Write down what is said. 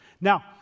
Now